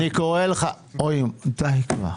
די כבר.